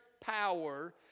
power